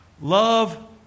Love